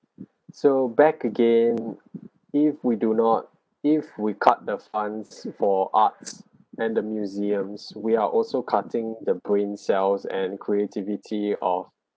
so back again if we do not if we cut the funds for arts and the museums we are also cutting the brain cells and creativity of